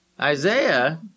Isaiah